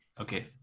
okay